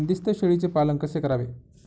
बंदिस्त शेळीचे पालन कसे करावे?